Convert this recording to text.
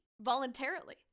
voluntarily